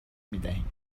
میدهیم